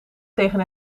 tegen